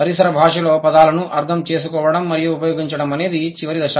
పరిసర భాషలో పదాలను అర్థం చేసుకోవడం మరియు ఉపయోగించడం అనేది చివరి దశ